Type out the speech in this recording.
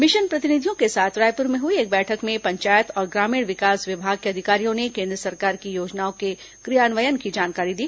mission प्रतिनिधियों के साथ रायपुर में हुई एक बैठक में पंचायत और ग्रामीण विकास विभाग के अधिकारियों ने केन्द्र सरकार की योजनाओं के क्रियान्वयन की जानकारी दी